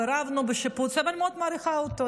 רבנו בשיפוץ, אבל אני מאוד מעריכה אותו.